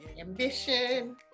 ambition